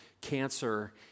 cancer